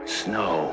snow